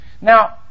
Now